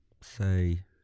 say